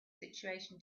situation